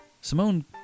Simone